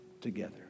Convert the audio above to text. together